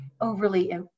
overly